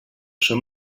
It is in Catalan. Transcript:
són